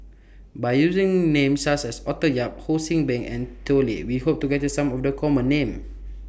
By using Names such as Arthur Yap Ho See Beng and Tao Li We Hope to capture Some of The Common Names